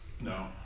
No